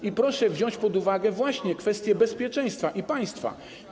I proszę wziąć pod uwagę właśnie kwestię bezpieczeństwa i państwa.